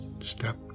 step